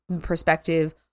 perspective